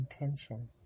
intention